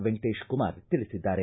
ವೆಂಕಟೇಶ್ಕುಮಾರ್ ತಿಳಿಸಿದ್ದಾರೆ